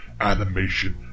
animation